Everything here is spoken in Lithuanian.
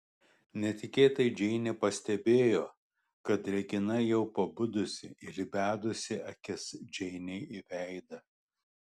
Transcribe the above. netikėtai džeinė pastebėjo kad regina jau pabudusi ir įbedusi akis džeinei į veidą